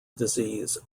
disease